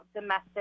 domestic